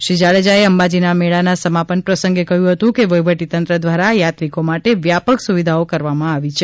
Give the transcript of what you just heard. શ્રી જાડેજાએ અંબાજીના મેળાના સમાપન પ્રસંગે કહ્યું હતું કે વહીવટી તંત્ર દ્વારા થાત્રિકો માટે વ્યાપક સુવિધાઓ કરવામાં આવે છે